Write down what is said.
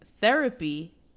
Therapy